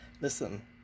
listen